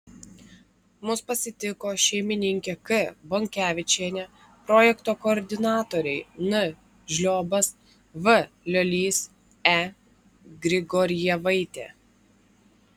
mus pasitiko šeimininkė k bonkevičienė projekto koordinatoriai n žliobas v liolys e grigorjevaitė